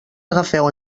agafeu